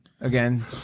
again